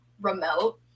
remote